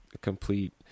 complete